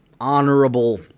honorable